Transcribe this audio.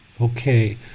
Okay